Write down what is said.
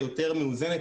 היא יותר מאוזנת,